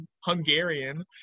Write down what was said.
Hungarian